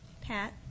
Pat